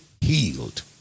healed